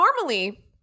normally